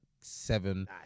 seven